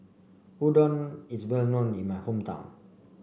Udon is well known in my hometown